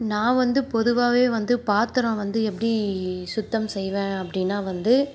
நான் வந்து பொதுவாகவே வந்து பாத்திரம் வந்து எப்படி சுத்தம் செய்வேன் அப்படின்னா வந்து